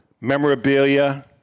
memorabilia